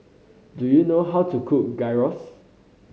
do you know how to cook Gyros